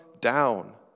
down